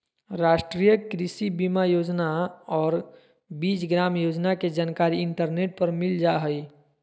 राष्ट्रीय कृषि बीमा योजना और बीज ग्राम योजना के जानकारी इंटरनेट पर मिल जा हइ